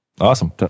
awesome